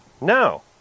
No